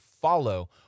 follow